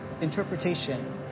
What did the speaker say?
interpretation